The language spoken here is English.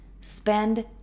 spend